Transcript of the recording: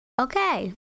okay